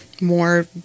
more